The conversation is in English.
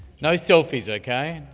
no selfies okay.